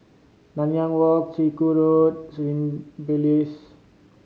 Nanyang Walk Chiku Road Symbiosis